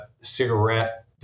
cigarette